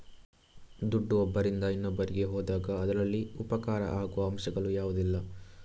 ದುಡ್ಡು ಒಬ್ಬರಿಂದ ಇನ್ನೊಬ್ಬರಿಗೆ ಹೋದಾಗ ಅದರಲ್ಲಿ ಉಪಕಾರ ಆಗುವ ಅಂಶಗಳು ಯಾವುದೆಲ್ಲ?